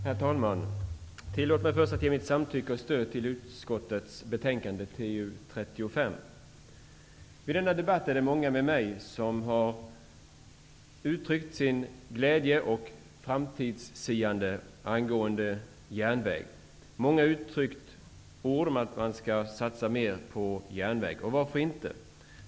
Herr talman! Tillåt mig först att ge mitt samtycke och stöd till utskottets betänkande TU35! Vid denna debatt är det många med mig som har uttryckt sin glädje och siat om framtiden angående järnvägen. Många har talat om att man skall satsa mer på järnväg, och varför inte?